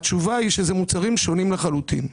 התשובה היא שזה מוצרים שונים לחלוטין.